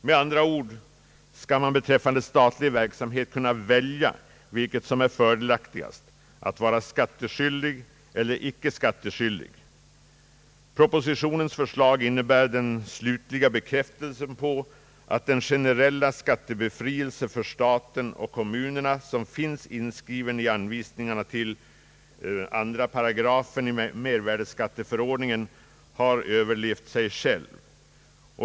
Med andra ord skall man beträffande statlig verksamhet kunna välja vilket som är fördelaktigast: att vara skattskyldig eller icke skattskyldig. Propositionens förslag innebär den slutliga bekräftelsen på att den regel om generell skattebefrielse för stat och kommun som finns inskriven i anvisningarna till 2 § i mervärdeskatteförordningen. har överlevt sig själv.